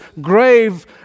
grave